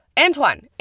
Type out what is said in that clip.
Antoine